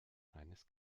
eines